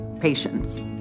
patience